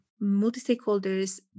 multi-stakeholders